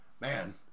man